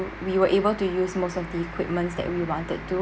we were able to use most of the equipments that we wanted to